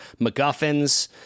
MacGuffins